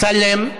אמסלם,